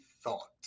Thought